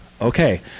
okay